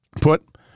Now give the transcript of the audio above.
put